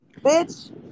bitch